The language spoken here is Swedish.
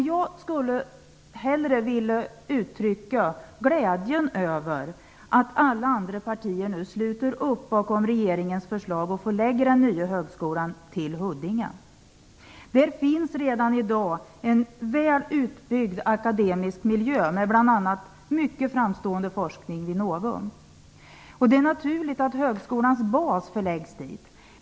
Jag skulle hellre vilja uttrycka glädjen över att alla andra partier nu sluter upp bakom regeringens förslag och förlägger den nya högskolan till Huddinge. Där finns redan i dag en väl utbyggd akademiskt miljö med bl.a. mycket framstående forskning i Novum. Det är naturligt att högskolans bas förläggs dit.